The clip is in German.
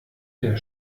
der